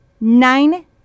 Nine